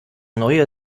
neue